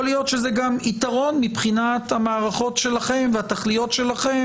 להיות שזה גם יתרון מבחינת המערכות שלכם והתכליות שלכם,